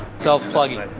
self plugging.